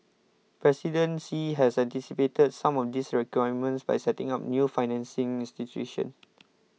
President Xi has anticipated some of these requirements by setting up new financing institutions